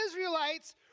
Israelites